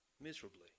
miserably